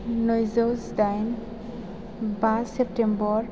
नैजौ जिदाइन बा सेप्तेम्बर